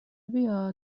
بیا